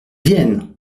viennent